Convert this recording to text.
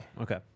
Okay